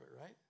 right